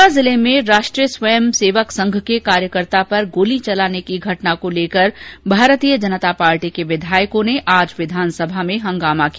कोटा जिले में राष्ट्रीय स्वयंसेवक संघ के कार्यकर्ता पर गोली चलाने की घटना को लेकर भारतीय जनता पार्टी के विधायकों ने आज विधानसभा में हंगामा किया